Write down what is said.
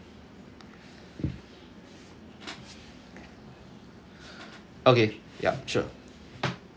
okay yup sure